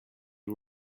all